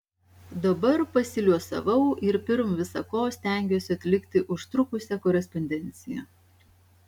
dabar pasiliuosavau ir pirm visa ko stengiuosi atlikti užtrukusią korespondenciją